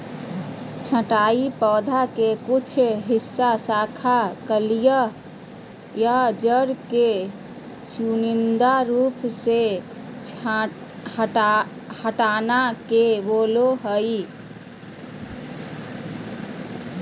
छंटाई पौधा के कुछ हिस्सा, शाखा, कलियां या जड़ के चुनिंदा रूप से हटाना के बोलो हइ